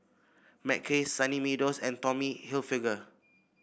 Mackays Sunny Meadow and Tommy Hilfiger